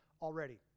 already